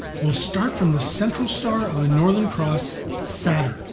we'll start from the central star of the northern cross, sadr.